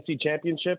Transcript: championship